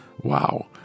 wow